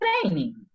training